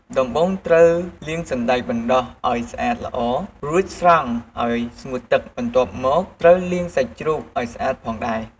ដំបូងត្រូវលាងសណ្ដែកបណ្ដុះឱ្យស្អាតល្អ រួចស្រង់ឱ្យស្ងួតទឹក បន្ទាប់មកត្រូវលាងសាច់ជ្រូកឱ្យស្អាតផងដែរ។